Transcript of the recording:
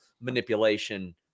manipulation